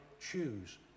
choose